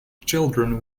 children